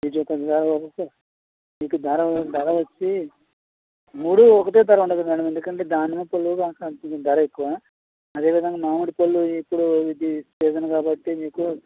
మీకు బేరం బేరం వచ్చి మూడు ఒకటే ధర ఉండదు మేడం ఎందుకంటే దానిమ్మ పళ్ళు దానికి కొంచెం ధర ఎక్కువ అదే విధంగా మామిడి పళ్ళు ఇప్పుడు ఇది సీజన్ కాబట్టి మీకు